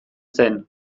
zen